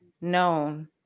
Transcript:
known